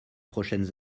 prochaines